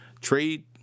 trade